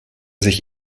sich